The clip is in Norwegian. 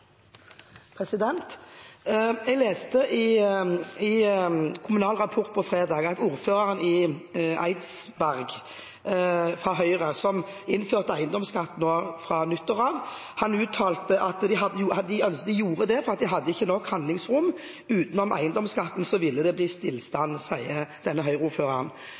Jeg leste i Kommunal Rapport fredag at ordføreren i Eidsberg – fra Høyre – som innførte eiendomsskatt fra nyttår av, uttalte at de gjorde det fordi de ikke hadde «nok handlingsrom». Uten eiendomsskatten ville det «blitt stillstand», sier denne